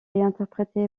interprété